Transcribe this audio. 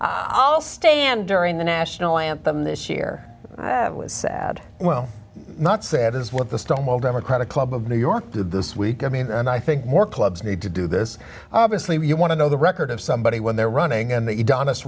i'll stand during the national anthem this year was sad well not sad is what the still most democratic club of new york did this week i mean and i think more clubs need to do this obviously you want to know the record of somebody when they're running and that you don't us